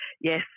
yes